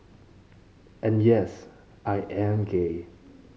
and yes I am gay